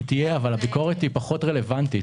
היא תהיה, אבל הביקורת פחות רלוונטית.